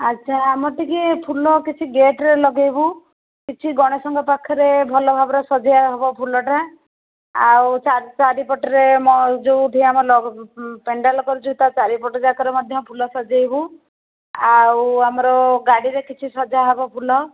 ଆଚ୍ଛା ଆମର ଟିକେ ଫୁଲ କିଛି ଗେଟ୍ ରେ ଲଗେଇବୁ କିଛି ଗଣେଶଙ୍କ ପାଖରେ ଭଲ ଭାବରେ ସଜା ହେବ ଫୁଲଟା ଆଉ ଚାରି ପଟରେ ଯେଉଁଠି ଆମେ ପେଣ୍ଡାଲ ଯେଉଁ କରିଛୁ ତା ଚାରି ପଟ ପାଖରେ ମଧ୍ୟ ଫୁଲ ସଜେଇବୁ ଆଉ ଆମର ଗାଡ଼ିରେ କିଛି ସଜା ହେବ ଫୁଲ